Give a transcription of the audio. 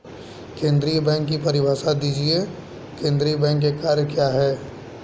केंद्रीय बैंक की परिभाषा दीजिए केंद्रीय बैंक के क्या कार्य हैं?